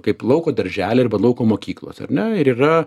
kaip lauko darželiai arba lauko mokyklos ar ne ir yra